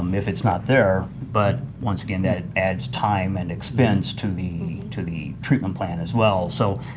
um if it's not there, but once again, that adds time and expense to the to the treatment plan, as well, so,